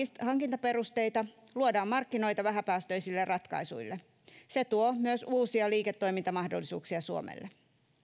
hankintaperusteita luodaan markkinoita vähäpäästöisille ratkaisuille se tuo myös uusia liiketoimintamahdollisuuksia suomelle